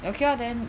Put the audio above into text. okay lor then